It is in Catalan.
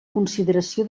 consideració